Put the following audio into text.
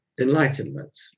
enlightenment